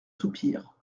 soupir